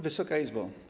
Wysoka Izbo!